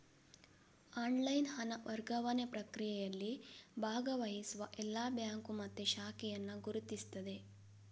online ಹಣ ವರ್ಗಾವಣೆ ಪ್ರಕ್ರಿಯೆಯಲ್ಲಿ ಭಾಗವಹಿಸುವ ಎಲ್ಲಾ ಬ್ಯಾಂಕು ಮತ್ತೆ ಶಾಖೆಯನ್ನ ಗುರುತಿಸ್ತದೆ